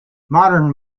modern